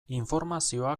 informazioa